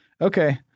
Okay